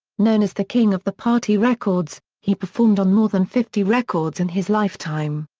known as the king of the party records, he performed on more than fifty records in his lifetime.